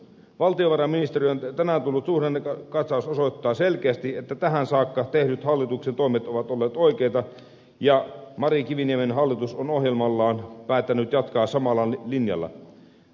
valtiovarainministeriön tänään tullut suhdannekatsaus osoittaa selkeästi että tähän saakka tehdyt hallituksen toimet ovat olleet oikeita ja mari kiviniemen hallitus on ohjelmallaan päättänyt jatkaa samalla linjalla